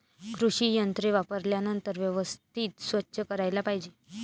कृषी यंत्रे वापरल्यानंतर व्यवस्थित स्वच्छ करायला पाहिजे